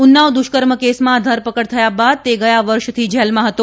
ઉન્નાવ દુષ્કર્મ કેસમાં ધરપકડ થયા બાદ તે ગયા વર્ષથી જેલમાં હતો